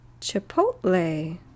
chipotle